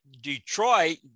Detroit